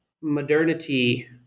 modernity